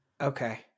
Okay